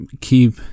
keep